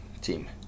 team